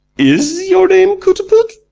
is your name cootaboot?